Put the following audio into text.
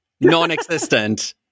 Non-existent